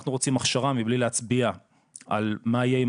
אנחנו רוצים הכשרה מבלי להצביע על מה יהיה עם